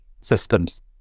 systems